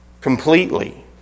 completely